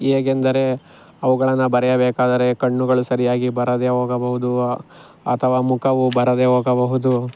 ಹೇಗೆಂದರೆ ಅವುಗಳನ್ನು ಬರೆಯಬೇಕಾದರೆ ಕಣ್ಣುಗಳು ಸರಿಯಾಗಿ ಬರದೇ ಹೋಗಬಹುದು ಅಥವಾ ಮುಖವು ಬರದೇ ಹೋಗಬಹುದು